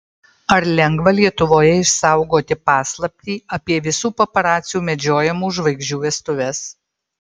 ar lengva lietuvoje išsaugoti paslaptį apie visų paparacių medžiojamų žvaigždžių vestuves